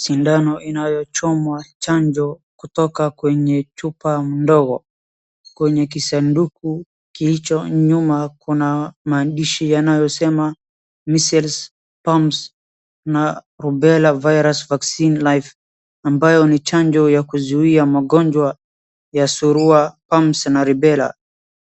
Sindano inayochomwa chanjo kutoka kwenye chupa ndogo. Kwenye kisanduku kilicho nyuma kuna maandishi yanayosema measles, mumps s, na rubella virus vaccine life ambayo ni chanjo ya kuzuia magonjwa ya surua, mumps na ribella.